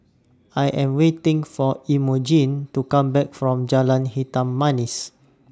I Am waiting For Emogene to Come Back from Jalan Hitam Manis